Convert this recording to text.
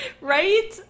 Right